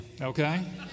Okay